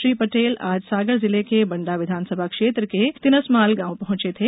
श्री पटेल आज सागर जिले के बण्डा विधानसभा क्षेत्र के तिनसमाल गाँव पहुंचे थे